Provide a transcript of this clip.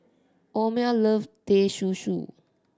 Omer love Teh Susu